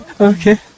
Okay